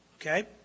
okay